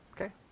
okay